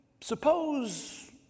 suppose